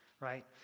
right